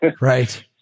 Right